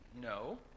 no